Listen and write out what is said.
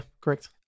Correct